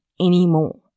anymore